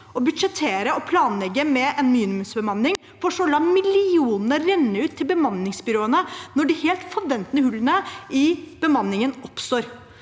å budsjettere og planlegge med minimumsbemanning for så å la millionene renne ut til bemanningsbyråene når de helt forventede hullene i bemanningen oppstår.